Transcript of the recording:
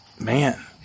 man